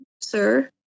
sir